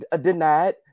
denied